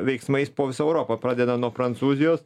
veiksmais po visą europą pradeda nuo prancūzijos